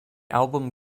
album